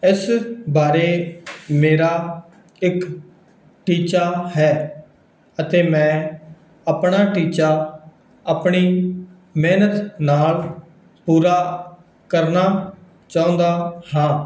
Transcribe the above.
ਇਸ ਬਾਰੇ ਮੇਰਾ ਇਕ ਟੀਚਾ ਹੈ ਅਤੇ ਮੈਂ ਆਪਣਾ ਟੀਚਾ ਆਪਣੀ ਮਿਹਨਤ ਨਾਲ ਪੂਰਾ ਕਰਨਾ ਚਾਹੁੰਦਾ ਹਾਂ